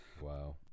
Wow